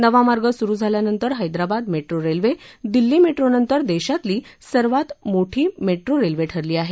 नवा मार्ग सुरु झाल्यानंतर Hyderabad metro railway Delhi metro नंतर देशातली सर्वात मोठी मेट्रो रेल्वे ठरली आहे